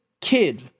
kid